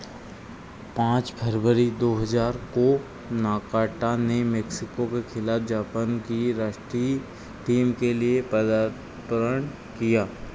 पाँच फरवरी दो हज़ार को नाकाटा ने मेक्सिको के खिलाफ जापान की राष्ट्रीय टीम के लिए पदार्पण किया